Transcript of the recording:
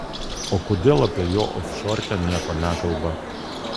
o kodėl apie jo ofšorkę nieko nekalba